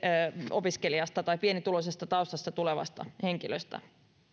opiskelijasta tai pienituloisesta taustasta tulevasta henkilöstä